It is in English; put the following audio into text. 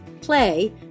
play